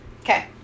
Okay